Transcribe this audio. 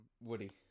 Woody